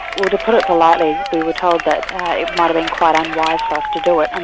well to put it politely, we were told that it might have been quite unwise for us to do it. um